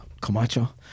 Camacho